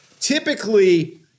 typically